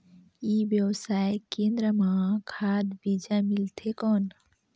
ई व्यवसाय केंद्र मां खाद बीजा मिलथे कौन?